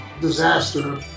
disaster